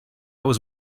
was